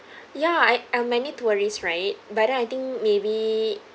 ya I uh many tourists right but then I think maybe